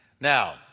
Now